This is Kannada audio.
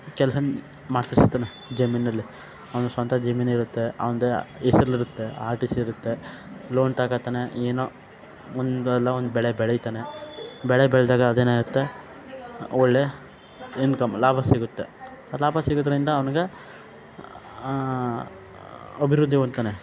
ಕೆಲಸ ಮಾಡ್ತಿರ್ತಾನ ಜಮೀನಿನಲ್ಲಿ ಅವನ ಸ್ವಂತ ಜಮೀನಿರುತ್ತೆ ಅವಂದೇ ಹೆಸ್ರಲಿರುತ್ತೆ ಆರ್ ಟಿ ಸಿ ಇರುತ್ತೆ ಲೋನ್ ತಕತನೆ ಏನೋ ಒಂದಲ್ಲ ಒಂದು ಬೆಳೆ ಬೆಳಿತಾನೆ ಬೆಳೆ ಬೆಳೆದಾಗ ಅದೇನಾಗತ್ತೆ ಒಳ್ಳೆ ಇನ್ಕಮ್ ಲಾಭ ಸಿಗುತ್ತೆ ಲಾಭ ಸಿಗೋದ್ರಿಂದ ಅವ್ನಿಗೆ ಅಭಿವೃದ್ಧಿ ಹೊಂದ್ತಾನೆ